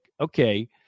okay